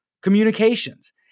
communications